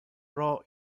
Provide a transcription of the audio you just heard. pro